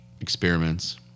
experiments